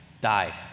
die